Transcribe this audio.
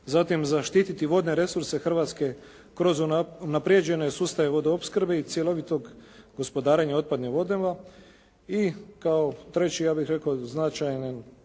zatim zaštiti vodne resurse Hrvatske kroz unaprjeđene sustave vodoopskrbe i cjelovitog gospodarenja otpadnim vodama i kao treće ja bih rekao značajan